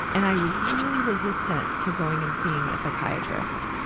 and i was really resistant to going and seeing a psychiatrist,